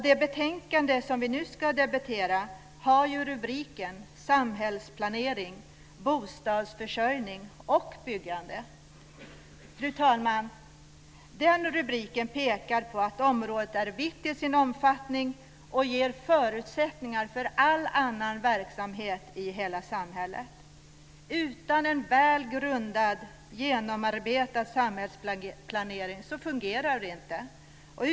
Det betänkande som vi nu ska debattera har rubriken Fru talman! Den rubriken pekar på att området är vitt till sin omfattning och ger förutsättningar för all annan verksamhet i hela samhället. Utan en välgrundad genomarbetad samhällsplanering fungerar inte samhället.